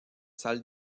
salles